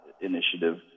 initiative